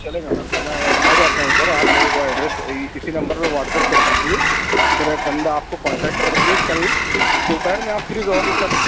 چلے گا نہ تو میں آ جاتا ہوں سر آپ میرے کو ایڈریس اسی نمبر پہ واٹس اپ کر دیجییے پھر ایک بندہ آپ کو کونٹیکٹ کر کے کل دوپہر میں آپ فری رہو گے سر